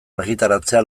argitaratzea